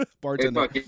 Bartender